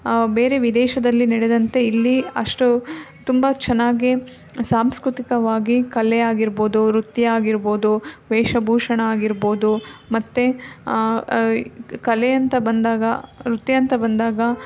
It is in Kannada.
ಬೇರೆ ವಿದೇಶದಲ್ಲಿ ನಡೆದಂತೆ ಇಲ್ಲಿ ಅಷ್ಟು ತುಂಬ ಚೆನ್ನಾಗಿ ಸಾಂಸ್ಕೃತಿಕವಾಗಿ ಕಲೆ ಆಗಿರ್ಬೋದು ನೃತ್ಯ ಆಗಿರ್ಬೋದು ವೇಷಭೂಷಣ ಆಗಿರ್ಬೋದು ಮತ್ತು ಕಲೆ ಅಂತ ಬಂದಾಗ ನೃತ್ಯ ಅಂತ ಬಂದಾಗ